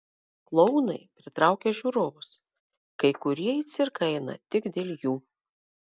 klounai pritraukia žiūrovus kai kurie į cirką eina tik dėl jų